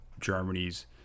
Germany's